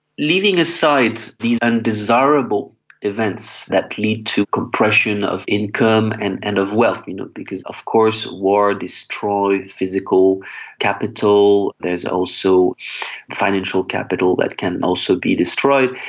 leaving aside these undesirable events that lead to compression of income and and of wealth, you know because of course war destroys physical capital, there is also financial capital that can also be destroyed,